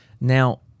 Now